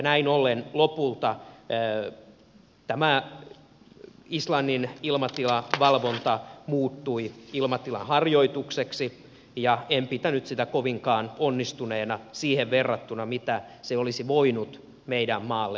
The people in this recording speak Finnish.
näin ollen lopulta tämä islannin ilmatilavalvonta muuttui ilmatilaharjoitukseksi ja en pitänyt sitä kovinkaan onnistuneena siihen verrattuna mitä se olisi voinut meidän maallemme myös antaa